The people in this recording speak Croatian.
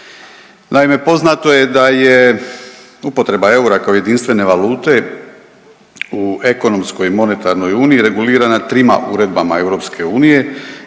Naime, poznato je da je upotreba eura kao jedinstvene valute u ekonomskoj i monetarnoj uniji regulirana trima uredbama EU